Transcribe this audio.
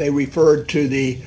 they referred to the